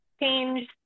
change